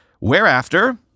Whereafter